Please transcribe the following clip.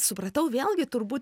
supratau vėlgi turbūt